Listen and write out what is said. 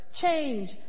Change